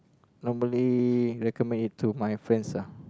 normally recommend it to my friends ah